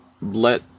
let